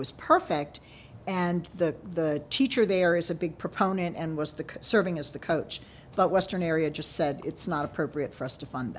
was perfect and the teacher there is a big proponent and was the serving as the coach but western area just said it's not appropriate for us to fund